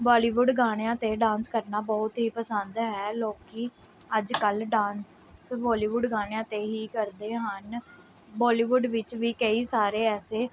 ਬਾਲੀਵੁੱਡ ਗਾਣਿਆਂ 'ਤੇ ਡਾਂਸ ਕਰਨਾ ਬਹੁਤ ਹੀ ਪਸੰਦ ਹੈ ਲੋਕ ਅੱਜ ਕੱਲ੍ਹ ਡਾਂਸ ਬੋਲੀਵੁੱਡ ਗਾਣਿਆਂ 'ਤੇ ਹੀ ਕਰਦੇ ਹਨ ਬੋਲੀਵੁੱਡ ਵਿੱਚ ਵੀ ਕਈ ਸਾਰੇ ਐਸੇ